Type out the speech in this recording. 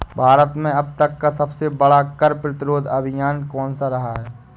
भारत में अब तक का सबसे बड़ा कर प्रतिरोध अभियान कौनसा रहा है?